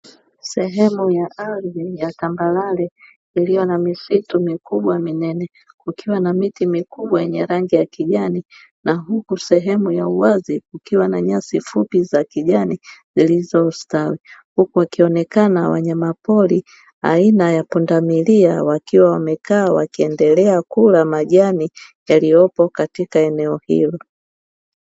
Sehemu ya ardhi ya tambarare iliyo na misitu mikubwa minene, kukiwa na miti mikubwa yenye rangi ya kijani na huku sehemu ya uwazi kukiwa na nyasi fupi za kijani zilizostawi, huku wakionekana wanyamapori aina ya pundamilia wakiwa wamekaa wakiendelea kula majani yaliyopo katika eneo hilo.